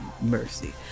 mercy